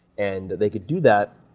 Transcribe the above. and they could do that,